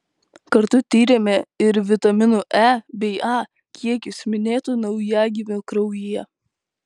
kartu tyrėme ir vitaminų e bei a kiekius minėtų naujagimių kraujyje